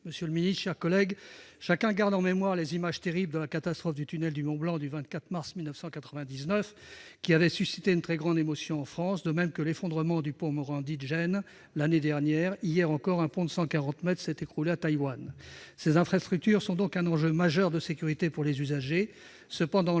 d'État, mes chers collègues, chacun garde en mémoire les images terribles de la catastrophe du tunnel du Mont-Blanc qui, le 24 mars 1999, avait suscité une très grande émotion en France, ou celles de l'effondrement du pont Morandi de Gênes, l'année dernière. Hier encore, un pont long de 140 mètres s'est écroulé à Taïwan. Ces infrastructures sont donc un enjeu majeur de sécurité pour les usagers.